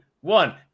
one